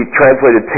translated